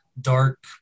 dark